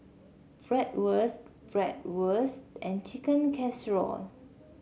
Bratwurst Bratwurst and Chicken Casserole